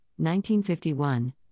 1951